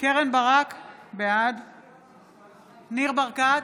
קרן ברק, בעד ניר ברקת,